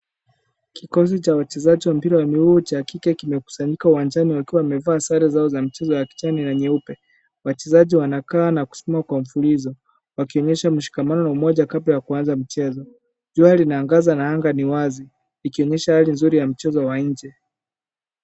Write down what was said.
Kikosi cha wachezaji wa mpira wa miguu cha kike kimekusanyika uwanjani. Wakiwa wamevaa sare zao za mchezo za kijani na nyeupe. Wachezaji wanakaa na kusimama kwa mfululizo, wakionyesha mshikamano na umoja kabla ya kuanza mchezo. Jua linaangaza na anga ni wazi ikionyesha hali nzuri ya mchezo wa nje.